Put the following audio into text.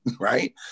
right